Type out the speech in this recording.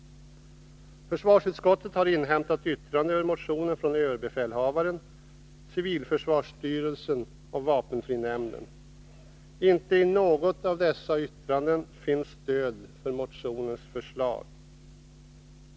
Försvarsutskottet har inhämtat yttrande över motionen från överbefälhavaren, civilförsvarsstyrelsen och vapenfrinämnden. Inte i något av dessa yttranden finns stöd för motionens förslag.